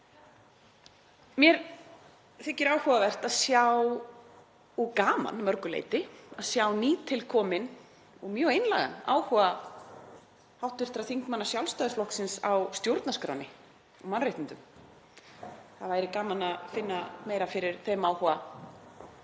Mér þykir áhugavert að sjá, og gaman að mörgu leyti, nýtilkominn og mjög einlægan áhuga hv. þingmanna Sjálfstæðisflokksins á stjórnarskránni og mannréttindum. Það væri gaman að finna meira fyrir þeim áhuga